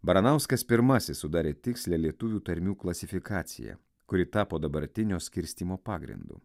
baranauskas pirmasis sudarė tikslią lietuvių tarmių klasifikaciją kuri tapo dabartinio skirstymo pagrindu